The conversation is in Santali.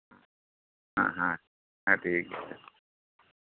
ᱦᱮᱸ ᱦᱮᱸ ᱴᱷᱤᱠ ᱜᱮᱭᱟ